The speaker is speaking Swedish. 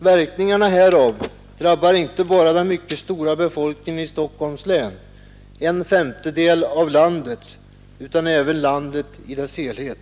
Verkningarna härav drabbar inte bara den mycket stora befolkningen i Stockholms län — en femtedel av landets befolkning — utan även landet i dess helhet.